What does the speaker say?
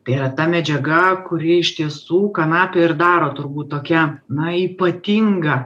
tai yra ta medžiaga kuri iš tiesų kanapę ir daro turbūt tokia na ypatinga